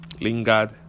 lingard